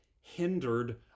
hindered